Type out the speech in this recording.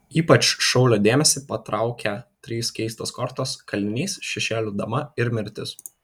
ypač šaulio dėmesį patraukia trys keistos kortos kalinys šešėlių dama ir mirtis